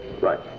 Right